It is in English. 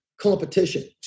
competition